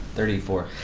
thirty four.